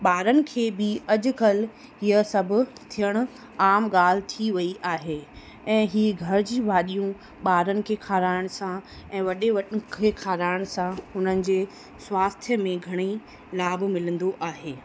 ॿारनि खे बि अॼुकल्ह हीअ सभु थियण आम ॻाल्हि थी वई आहे ऐं ई घर जी भाॼियूं ॿारनि खे खाराइण सां ऐं वॾे वॾनि खे खाराइण सां हुननि जे स्वास्थ्य में घणेई लाभ मिलंदो आहे